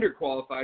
underqualified